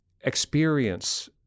experience